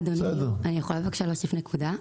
אדוני, אני יכולה בבקשה להוסיף נקודה?